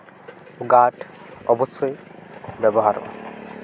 guard ᱚᱵᱚᱥᱥᱚᱭ ᱵᱮᱵᱚᱦᱟᱨᱚᱜᱼᱟ